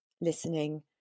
listening